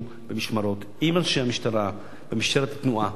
במשמרות עם אנשי המשטרה ומשטרת התנועה.